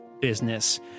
business